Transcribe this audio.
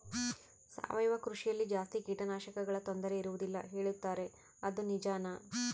ಸಾವಯವ ಕೃಷಿಯಲ್ಲಿ ಜಾಸ್ತಿ ಕೇಟನಾಶಕಗಳ ತೊಂದರೆ ಇರುವದಿಲ್ಲ ಹೇಳುತ್ತಾರೆ ಅದು ನಿಜಾನಾ?